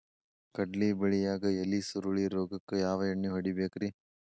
ಕಡ್ಲಿ ಬೆಳಿಯಾಗ ಎಲಿ ಸುರುಳಿ ರೋಗಕ್ಕ ಯಾವ ಎಣ್ಣಿ ಹೊಡಿಬೇಕ್ರೇ?